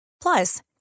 Plus